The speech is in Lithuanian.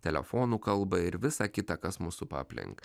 telefonų kalbą ir visa kita kas mus supa aplink